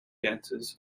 dances